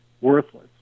worthless